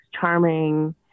charming